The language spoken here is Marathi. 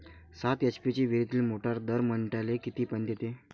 सात एच.पी ची विहिरीतली मोटार दर मिनटाले किती पानी देते?